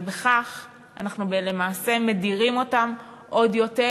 ובכך אנחנו למעשה מדירים אותם עוד יותר